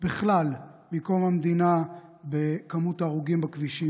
בכלל מקום המדינה במספר ההרוגים בכבישים.